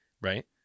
right